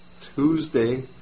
Tuesday